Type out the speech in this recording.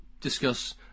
discuss